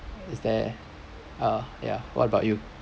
is there uh yeah what about you